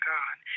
God